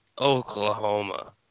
Oklahoma